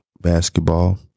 basketball